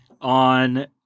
on